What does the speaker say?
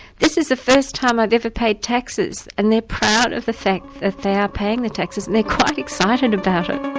this is the first time i've ever paid taxes, and they're proud of the fact that they are paying the taxes, and they're quite excited about it.